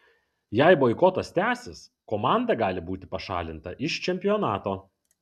jei boikotas tęsis komanda gali būti pašalinta iš čempionato